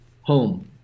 home